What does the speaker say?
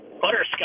Butterscotch